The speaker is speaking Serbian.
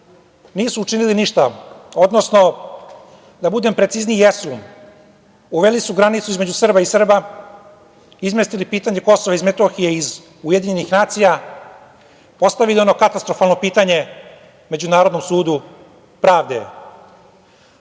nisu učinili ništa, odnosno, da budem precizniji, jesu – uveli su granicu između Srba i Srba, izmestili pitanje Kosova i Metohije iz UN, postavili ono katastrofalno pitanje Međunarodnom sudu pravde,